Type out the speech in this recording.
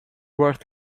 worth